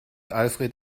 alfred